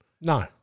No